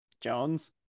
Jones